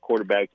quarterbacks